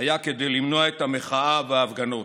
היה כדי למנוע את המחאה וההפגנות.